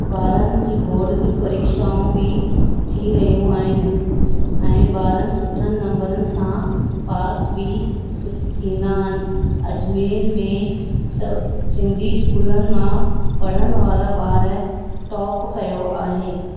ॿारनि जी बॉर्ड जी परीक्षाऊं बि थी रहियूं आहिनि ऐं ॿारनि सुठनि नंबरनि सां पास बि थींदा आहिनि अजमेर में सिंधी स्कूलनि मां पढ़ण वारा ॿार टॉप कयो आहे